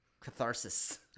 catharsis